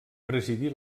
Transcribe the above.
presidí